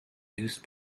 used